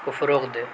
کو فروغ دے